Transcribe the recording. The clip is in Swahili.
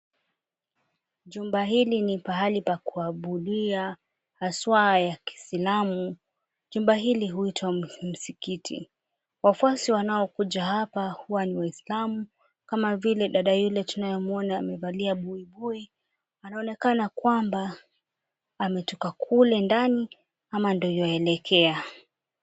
Jumba hili ni pahali pa kuabudia haswa ya kiislamu. Jumba hili linaitwa msikiti. Wafuasi wanaokuja hapa huwa ni waislamu kama vile dada yule tunayemuona amevalia buivui anaonekana kwamba ametoka kule ndani ama ndio yuaelekea.